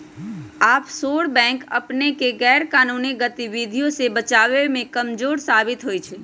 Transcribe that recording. offshore bank अपनेके गैरकानूनी गतिविधियों से बचाबे में कमजोर साबित होइ छइ